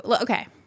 okay